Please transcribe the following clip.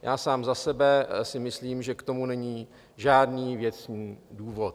Já sám za sebe si myslím, že k tomu není žádný věcný důvod.